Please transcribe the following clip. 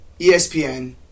ESPN